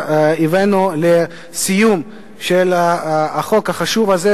והבאנו לסיום את החוק החשוב הזה,